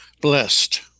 blessed